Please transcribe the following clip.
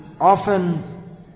Often